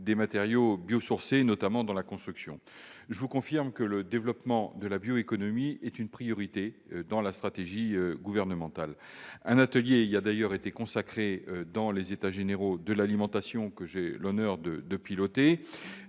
des matériaux biosourcés, notamment dans la construction. Je vous confirme que le développement de la bioéconomie est l'une des priorités de la stratégie gouvernementale. Un atelier y a d'ailleurs été consacré dans le cadre des états généraux de l'alimentation, que j'ai l'honneur de piloter,